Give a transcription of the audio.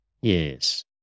Yes